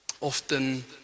often